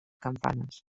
campanes